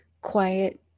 quiet